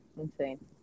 insane